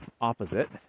opposite